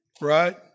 right